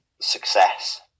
success